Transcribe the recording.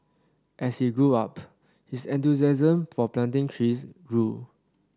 as he grew up his enthusiasm for planting trees grew